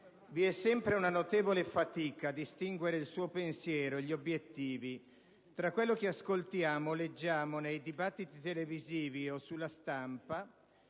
vi è sempre una notevole fatica a distinguere il suo pensiero e gli obiettivi tra quello che ascoltiamo e leggiamo nei dibattiti televisivi o sulla stampa